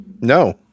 No